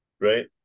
right